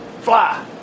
fly